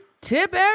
Tip